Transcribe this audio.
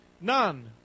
None